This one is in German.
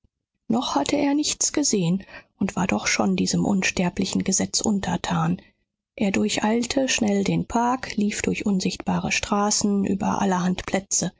noch hatte er nichts gesehen und war doch schon diesem unsterblichen gesetz untertan er durcheilte schnell den park lief durch unsichtbare straßen über allerhand plätze